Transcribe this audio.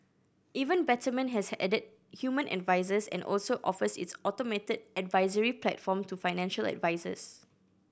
even Betterment has added human advisers and also offers its automated advisory platform to financial advisers